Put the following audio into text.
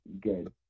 good